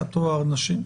תא טוהר נשים,